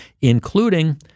including